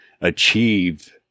achieve